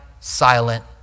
silent